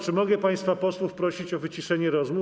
Czy mogę państwa posłów prosić o wyciszenie rozmów?